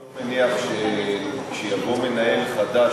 למה אתה לא מניח שכשיבוא מנהל חדש,